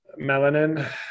melanin